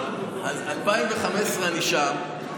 מ-2015 אני שם.